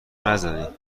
نزنین